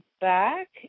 back